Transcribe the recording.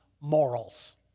morals